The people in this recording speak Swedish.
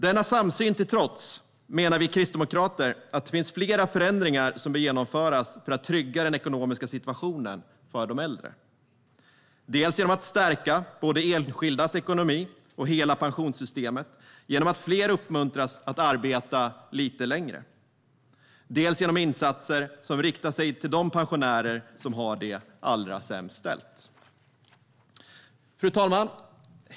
Denna samsyn till trots menar vi kristdemokrater att det finns flera förändringar som bör genomföras för att trygga den ekonomiska situationen för de äldre. Det handlar dels om att stärka både enskildas ekonomi och hela pensionssystemet genom att fler uppmuntras att arbeta lite längre, dels om insatser som riktar sig till de pensionärer som har det allra sämst ställt. Fru talman!